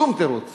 שום תירוץ